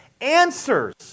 answers